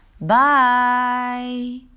Bye